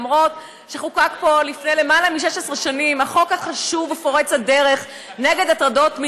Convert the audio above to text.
למרות החוק החשוב ופורץ הדרך שחוקק פה לפני יותר מ-16 שנים,